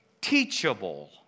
teachable